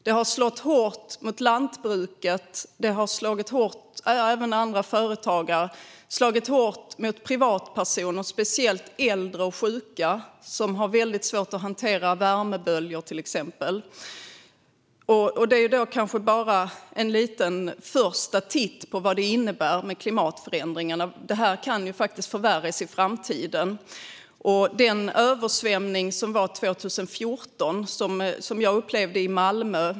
Det har slagit hårt mot lantbruket, det har slagit hårt mot andra företagare och det har slagit hårt mot privatpersoner - speciellt äldre och sjuka, som har svårt att hantera till exempel värmeböljor. Det här är kanske bara en första, liten titt på vad klimatförändringarna innebär. Det kan förvärras i framtiden. Översvämningen i Malmö 2014 upplevde jag.